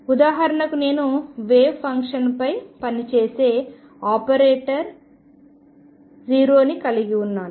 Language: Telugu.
ఉదాహరణకు నేను వేవ్ ఫంక్షన్పై పనిచేసే ఆపరేటర్ O ని కలిగి ఉన్నాను